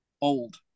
old